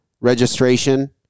registration